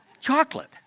Chocolate